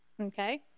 Okay